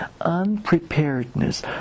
unpreparedness